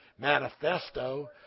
manifesto